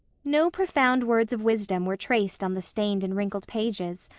no profound words of wisdom were traced on the stained and wrinkled pages,